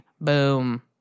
boom